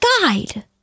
guide